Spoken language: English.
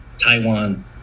Taiwan